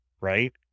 right